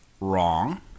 wrong